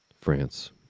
France